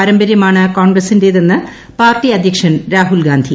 പാരമ്പര്യമാണ് കോൺഗ്രസ്സിന്റേതെന്ന് പാർട്ടി അദ്ധ്യക്ഷൻ രാഹുൽഗാസ്ട്രി